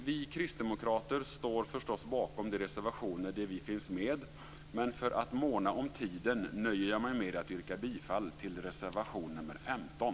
Vi kristdemokrater står förstås bakom de reservationer där vi finns med, men för att måna om tiden nöjer jag mig med att yrka bifall till reservation nr 15.